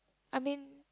I mean